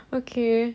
okay